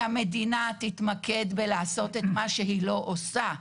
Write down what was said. שהמדינה תתמקד בלעשות את מה שהיא לא עושה.